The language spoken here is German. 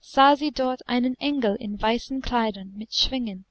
sah sie dort einen engel in weißen kleidern mit schwingen